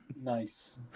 Nice